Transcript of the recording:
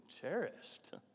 cherished